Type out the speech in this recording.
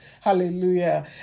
Hallelujah